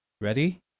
Ready